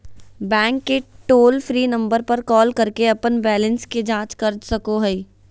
bank के toll free number पर call करके अपन बैलेंस के जांच कर सको हइ